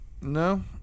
No